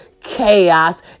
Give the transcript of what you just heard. chaos